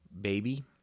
baby